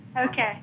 Okay